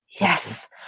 yes